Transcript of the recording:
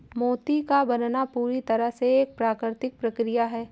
मोती का बनना पूरी तरह से एक प्राकृतिक प्रकिया है